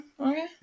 Okay